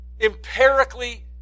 empirically